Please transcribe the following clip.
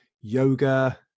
yoga